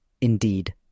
Indeed